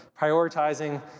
prioritizing